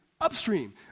upstream